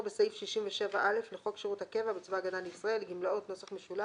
בסעיף 67א לחוק שירות הקבע בצבא הגנה לישראל (גמלאות) ,